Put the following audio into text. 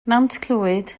nantclwyd